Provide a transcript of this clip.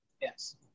Yes